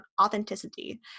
authenticity